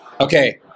Okay